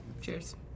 Cheers